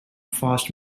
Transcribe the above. fast